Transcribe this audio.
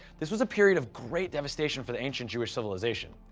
this was a period of great devastation for the ancient jewish civilization.